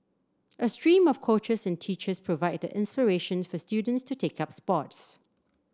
a stream of coaches and teachers provide the inspiration for students to take up sports